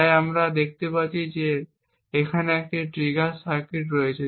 তাই আমরা দেখতে পাচ্ছি যে এখানে একটি ট্রিগার সার্কিট রয়েছে